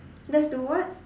let's do what